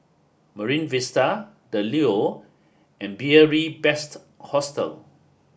Marine Vista the Leo and Beary Best Hostel